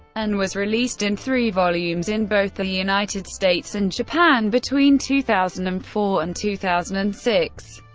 and was released in three volumes in both the united states and japan between two thousand and four and two thousand and six.